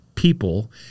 People